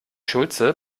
schulze